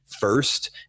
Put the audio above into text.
first